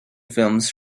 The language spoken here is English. films